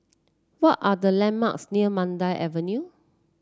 what are the landmarks near Mandai Avenue